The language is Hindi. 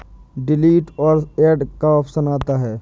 डिलीट का और ऐड का ऑप्शन आता है